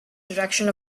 direction